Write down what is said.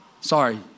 sorry